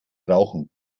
brauchen